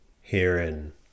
Herein